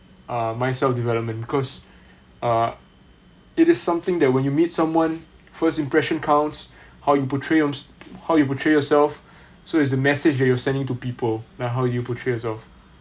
uh my self development because uh it is something that when you meet someone first impression counts how you portray your how you portray yourself so is the message that you are sending to people by how you portray yourself